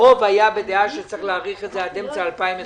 הרוב היה בדעה שצריך להאריך את זה עד אמצע 2021,